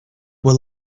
were